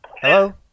Hello